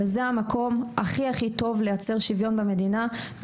זה המקום הכי טוב לייצר שוויון במדינה.